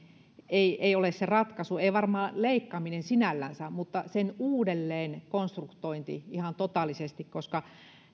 ei ei ole se ratkaisu ei varmaan leikkaaminen sinällänsä mutta sen uudelleen konstruointi ihan totaalisesti koska